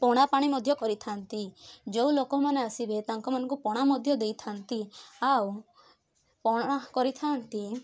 ପଣାପାଣି ମଧ୍ୟ କରିଥାନ୍ତି ଯେଉଁ ଲୋକମାନେ ଆସିବେ ତାଙ୍କମାନଙ୍କୁ ପଣା ମଧ୍ୟ ଦେଇଥାନ୍ତି ଆଉ ପଣା କରିଥାନ୍ତି